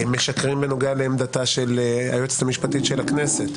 משקרים בנוגע לעמדתה של היועצת המשפטית של הכנסת,